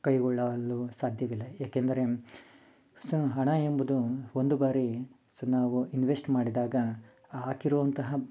ಕೈಗೊಳ್ಳಲು ಸಾಧ್ಯವಿಲ್ಲ ಏಕೆಂದರೆ ಸೊ ಹಣ ಎಂಬುದು ಒಂದು ಬಾರಿ ಸೊ ನಾವು ಇನ್ವೆಸ್ಟ್ ಮಾಡಿದಾಗ ಆ ಹಾಕಿರುವಂತಹ